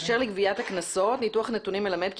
אשר לגביית הקנסות ניתוח הנתונים מלמד כי